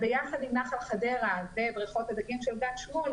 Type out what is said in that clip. יחד עם נחל חדרה ובריכות הדגים של גן שמואל,